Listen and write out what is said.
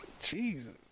Jesus